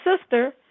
sister